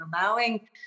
allowing